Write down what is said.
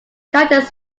characters